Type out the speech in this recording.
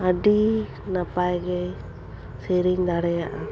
ᱟᱹᱰᱤ ᱱᱟᱯᱟᱭ ᱜᱮ ᱥᱮᱹᱨᱮᱹᱧ ᱫᱟᱲᱮᱭᱟᱜᱼᱟ